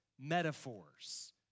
metaphors